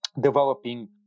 developing